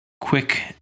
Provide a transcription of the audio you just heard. quick